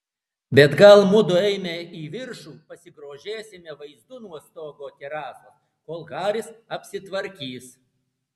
bet gal mudu eime į viršų pasigrožėsime vaizdu nuo stogo terasos kol haris apsitvarkys